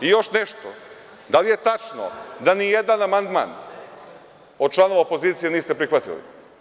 Još nešto, da li je tačno da ni jedan amandman od članova opozicije niste prihvatili?